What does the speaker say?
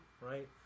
right